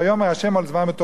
ויאמר ה' על עזבם את תורתי".